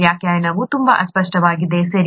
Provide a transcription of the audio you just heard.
ವ್ಯಾಖ್ಯಾನವು ತುಂಬಾ ಅಸ್ಪಷ್ಟವಾಗಿದೆ ಸರಿ